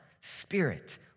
spirit